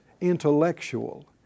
intellectual